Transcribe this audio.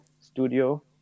Studio